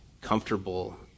comfortable